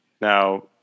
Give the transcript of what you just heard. Now-